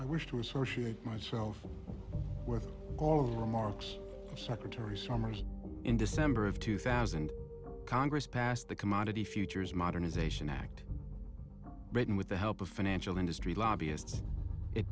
i wish to associate myself with all of the remarks of secretary summers in december of two thousand congress passed the commodity futures modernization act written with the help of financial industry lobbyists it